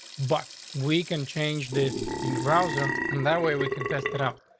but we can change this in the browser. and that way we contested out.